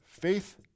Faith